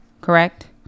Correct